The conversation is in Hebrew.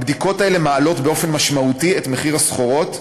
הבדיקות האלה מעלות באופן משמעותי את מחיר הסחורות,